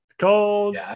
cold